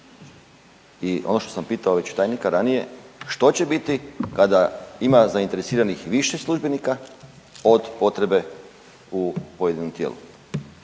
I ono što sam pitao tajnika već ranije, što će biti kada ima zainteresiranih više službenika od potrebe u pojedinom tijelu?